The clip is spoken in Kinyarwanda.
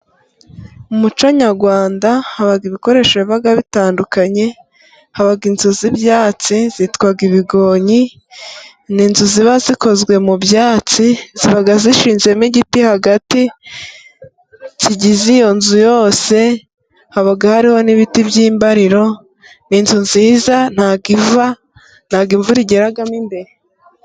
Mu muco Nyarwanda haba ibikoresho biba bitandukanye, haba inzuzi z'ibyatsi zitwaga ibigonyi, n'inzu ziba zikozwe mu byatsi ziba zishinzemo igiti hagati kigize iyo nzu yose. Haba hariho n'ibiti by'imbariro, inzu nziza ntabwo iva, ntabwo imvura igera mu imbere.